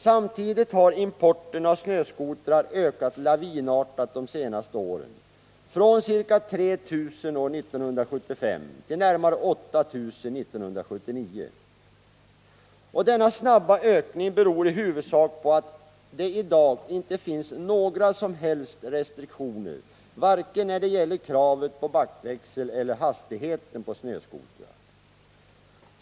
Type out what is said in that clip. Samtidigt har importen av snöskotrar ökat lavinartat de senaste åren — från ca 3 000 år 1975 till närmare 8 000 år 1979. Denna snabba ökning beror i huvudsak på att det i dag inte finns några som helst restriktioner, varken när det gäller kravet på backväxel eller hastigheten på snöskotrar.